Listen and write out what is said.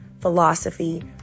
philosophy